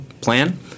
plan